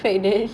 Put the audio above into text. but